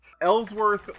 ellsworth